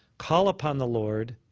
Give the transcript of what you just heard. call upon the lord,